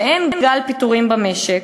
שאין גל פיטורים במשק.